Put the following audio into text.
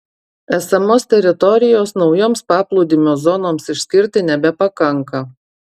esamos teritorijos naujoms paplūdimio zonoms išskirti nebepakanka